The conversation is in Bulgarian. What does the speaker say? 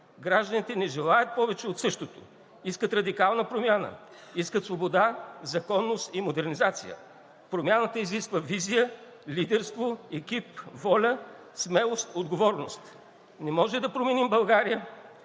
Гражданите не желаят повече от същото, искат радикална промяна, искат свобода, законност и модернизация. Промяната изисква визия, лидерство, екип, воля, смелост, отговорност. Не можем да променим България